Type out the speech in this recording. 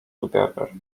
together